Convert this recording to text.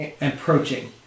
approaching